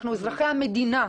אנחנו אזרחי המדינה.